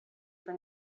for